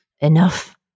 enough